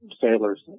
sailors